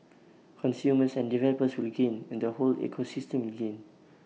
consumers and developers will gain and the whole ecosystem will gain